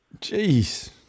Jeez